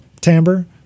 timbre